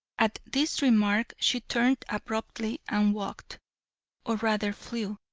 at this remark she turned abruptly and walked or rather flew,